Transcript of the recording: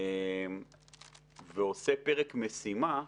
ועושה פרק משימה,